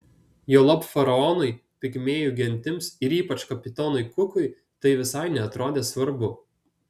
juolab faraonui pigmėjų gentims ir ypač kapitonui kukui tai visai neatrodė svarbu